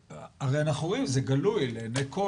הרי אנחנו רואים, זה גלוי, לעיני כל.